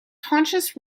conscious